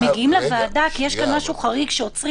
מגיעים לוועדה כי יש כאן משהו חריג שעוצרים